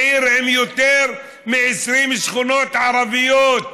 עיר עם יותר מ-20 שכונות ערביות,